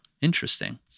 interesting